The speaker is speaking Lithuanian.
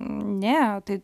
ne tai